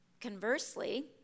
Conversely